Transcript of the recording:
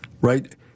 Right